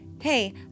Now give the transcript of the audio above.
hey